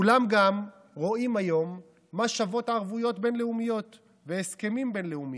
כולם גם רואים היום מה שוות ערבויות בין-לאומיות והסכמים בין-לאומיים.